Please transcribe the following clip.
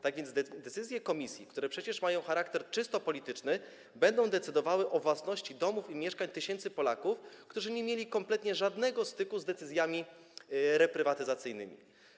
Tak więc decyzje komisji, które mają przecież charakter czysto polityczny, będą decydowały o własności domów i mieszkań tysięcy Polaków, którzy nie mieli kompletnie żadnego styku z decyzjami reprywatyzacyjnymi.